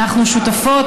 אנחנו שותפות,